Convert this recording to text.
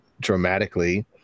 dramatically